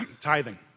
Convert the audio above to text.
tithing